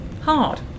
hard